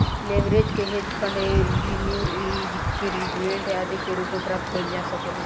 leverage के hedge fund renew increment आदि के रूप में प्राप्त कईल जा सकेला